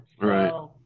Right